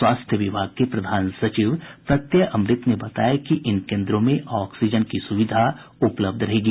स्वास्थ्य विभाग के प्रधान सचिव प्रत्यय अमृत ने बताया कि इन केन्द्रों में ऑक्सीजन की सुविधा उपलब्ध रहेगी